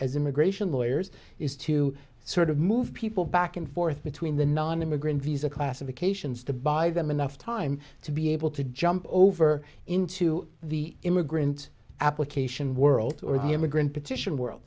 as immigration lawyers is to sort of move people back and forth between the nonimmigrant visa classifications to buy them enough time to be able to jump over into the immigrant application world or the immigrant petition world